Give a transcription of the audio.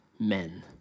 Men